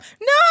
No